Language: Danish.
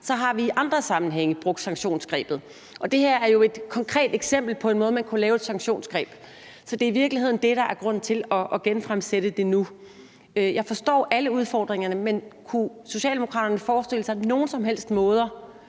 har vi i andre sammenhænge brugt sanktionsgrebet, og det her er jo et konkret eksempel på en måde, man kunne lave et sanktionsgreb på. Det er i virkeligheden det, der er grunden til, at vi genfremsætter det nu. Jeg forstår, at der er mange udfordringer, men kunne Socialdemokraterne forestille sig nogen som helst måder